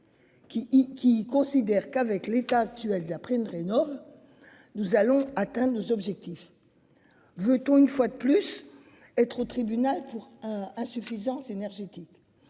qui considère qu'avec l'état actuel de la prime Rénov'. Nous allons atteindre nos objectifs. Veut tout, une fois de plus être au tribunal pour insuffisance énergétique.